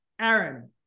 Aaron